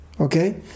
Okay